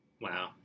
Wow